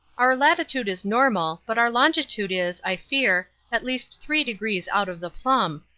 our latitude is normal, but our longitude is, i fear, at least three degrees out of the plumb.